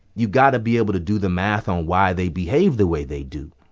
you've got to be able to do the math on why they behave the way they do,